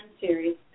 Series